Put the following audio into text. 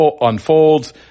unfolds